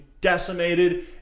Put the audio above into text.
decimated